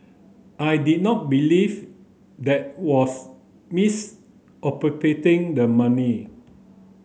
I did not believe that was misappropriating the money